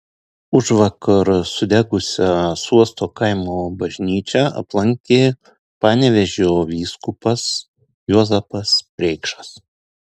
užvakar sudegusią suosto kaimo bažnyčią aplankė panevėžio vyskupas juozapas preikšas